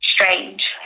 strange